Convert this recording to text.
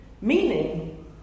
meaning